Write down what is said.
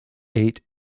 eight